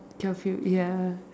job filled ya